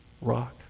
rock